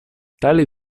tali